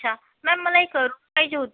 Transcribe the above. अच्छा मॅम मला एक रूम पाहिजे होती